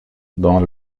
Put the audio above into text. dans